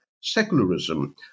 secularism